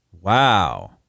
wow